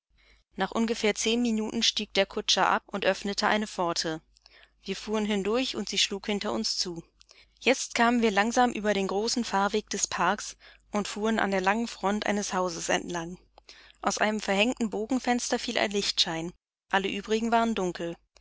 nach ungefähr zehn minuten stieg der kutscher ab und öffnete eine pforte wir fuhren hindurch und sie schlug hinter uns zu jetzt kamen wir langsam über den großen fahrweg des parks und fuhren an der langen front eines hauses entlang aus einem verhängten bogenfenster fiel ein lichtschein alle übrigen waren dunkel